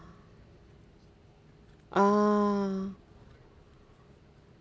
ah